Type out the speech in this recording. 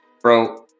bro